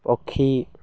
ପକ୍ଷୀ